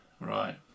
Right